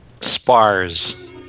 spars